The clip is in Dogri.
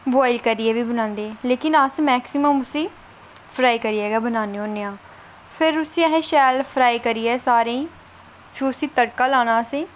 बुआइल करियै बी बनांदे लोकिन अस मैक्मसिम उसी फ्राई करियै गे बनान्ने होन्ने फिर उसी असें फ्राई करियै शैल फ्ही उसी तड़का लाना असें